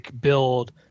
build